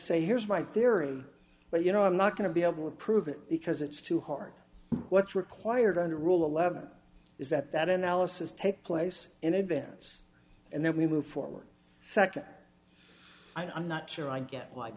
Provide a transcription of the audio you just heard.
say here's my theory well you know i'm not going to be able to prove it because it's too hard what's required under rule eleven is that that analysis take place in advance and then we move forward nd i'm not sure i get